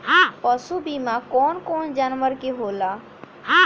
पशु बीमा कौन कौन जानवर के होला?